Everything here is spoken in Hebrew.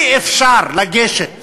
אי-אפשר לגשת